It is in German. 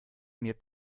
mir